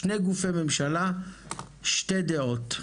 שני גופי ממשלה, שתי דעות.